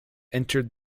entered